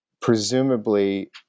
presumably